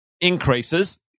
increases